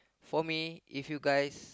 for me if you guys